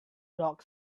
dog